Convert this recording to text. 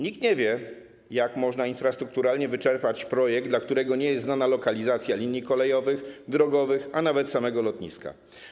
Nikt nie wie, jak może infrastrukturalnie wyczerpać się projekt, dla którego nie jest znana lokalizacja linii kolejowych, drogowych, a nawet samego lotniska.